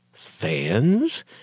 Fans